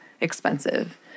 expensive